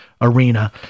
arena